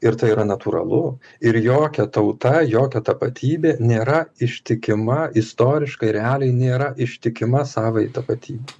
ir tai yra natūralu ir jokia tauta jokia tapatybė nėra ištikima istoriškai realiai nėra ištikima savajai tapatybei